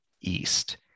East